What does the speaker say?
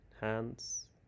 hands